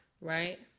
right